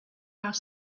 are